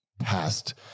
past